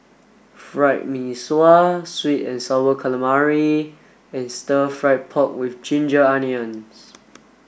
Fried Mee Sua Sweet and sour calamari and stir fried pork with ginger onions